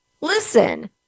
listen